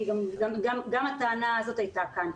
כי גם הטענה הזאת הייתה כאן.